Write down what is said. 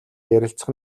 ярилцах